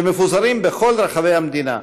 שמפוזרים בכל רחבי המדינה: